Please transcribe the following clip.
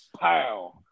pow